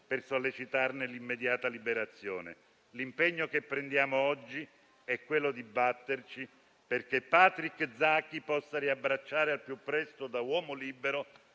per sollecitarne l'immediata liberazione. L'impegno che prendiamo oggi è quello di batterci perché Patrick Zaki possa riabbracciare al più presto, da uomo libero,